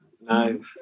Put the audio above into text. no